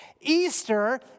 Easter